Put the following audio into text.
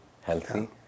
healthy